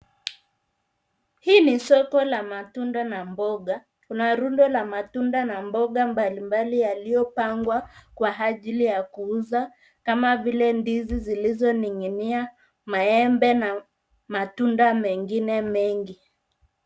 Hii ni soko la matunda na mboga. Kuna rundo la matunda na mboga mbalimbali yaliyopangwa kwa ajili ya kuuza kama vile ndizi zilizoning'inia, maembe na matunda mengine mengi.